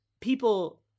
people